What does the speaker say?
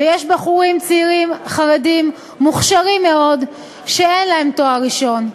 ויש בחורים צעירים חרדים מוכשרים מאוד שאין להם תואר ראשון.